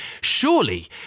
Surely